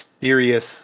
serious